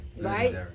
right